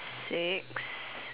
six